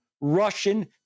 russian